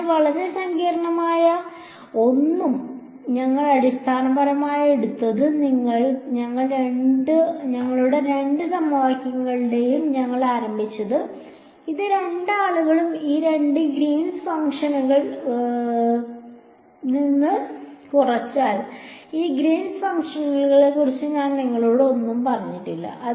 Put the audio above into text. അതിനാൽ വളരെ സങ്കീർണ്ണമായ ഒന്നും ഞങ്ങൾ അടിസ്ഥാനപരമായി എടുത്തത് ഞങ്ങളുടെ രണ്ട് സമവാക്യങ്ങളോടെയാണ് ഞങ്ങൾ ആരംഭിച്ചത് ഈ രണ്ട് ആളുകളും ഈ രണ്ട് ഗ്രീൻസ് ഫംഗ്ഷനുകളിൽ നിന്ന് കുറച്ചാൽ ഈ ഗ്രീൻസ് ഫംഗ്ഷനെക്കുറിച്ച് ഞാൻ നിങ്ങളോട് ഒന്നും പറഞ്ഞിട്ടില്ല